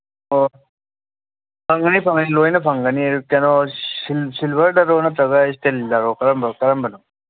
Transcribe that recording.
ꯑꯣ ꯐꯪꯒꯅꯤ ꯐꯪꯒꯅꯤ ꯂꯣꯏꯅ ꯐꯪꯒꯅꯤ ꯀꯩꯅꯣ ꯁꯤꯜꯚꯔꯗꯔꯣ ꯅꯠꯇ꯭ꯔꯒ ꯏꯁꯇꯤꯜꯗꯔꯣ ꯀꯔꯝꯕꯅꯣ